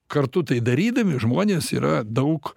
kartu tai darydami žmonės yra daug